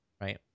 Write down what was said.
right